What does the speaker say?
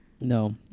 No